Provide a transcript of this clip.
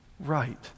right